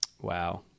Wow